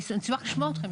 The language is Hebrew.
אני אשמח לשמוע אתכם,